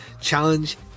challenge